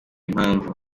impamvu